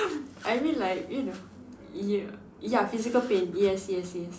I mean like you know ya ya physical pain yes yes yes